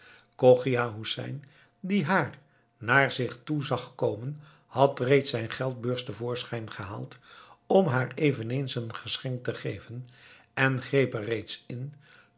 chogia hoesein die haar naar zich toe zag komen had reeds zijn geldbeurs te voorschijn gehaald om haar eveneens een geschenk te geven en greep er reeds in